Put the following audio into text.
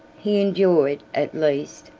he enjoyed, at least,